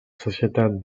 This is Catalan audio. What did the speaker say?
societat